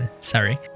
sorry